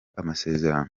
amasezerano